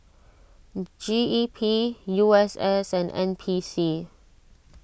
G E P U S S and N P C